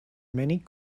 many